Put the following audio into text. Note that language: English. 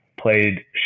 played